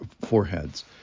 foreheads